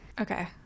okay